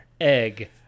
Egg